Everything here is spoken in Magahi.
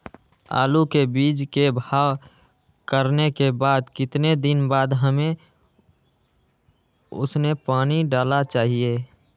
आलू के बीज के भाव करने के बाद कितने दिन बाद हमें उसने पानी डाला चाहिए?